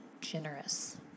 generous